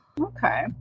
Okay